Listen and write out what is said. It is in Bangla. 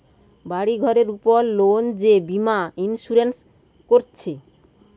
বাড়ি ঘরের উপর লোক যে বীমা ইন্সুরেন্স কোরছে